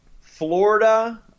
Florida